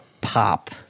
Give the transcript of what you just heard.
pop